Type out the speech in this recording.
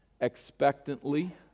expectantly